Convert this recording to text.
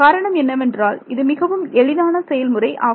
காரணம் என்னவென்றால் இது மிகவும் எளிதான செயல்முறை ஆகும்